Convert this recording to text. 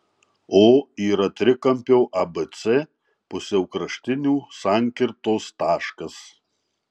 o yra trikampio abc pusiaukraštinių sankirtos taškas